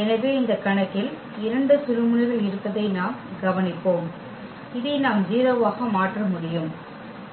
எனவே இந்த கணக்கில் 2 சுழுமுனைகள் இருப்பதை நாம் கவனிப்போம் இதை நாம் 0 ஆக மாற்ற முடியும்